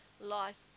life